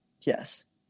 Yes